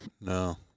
No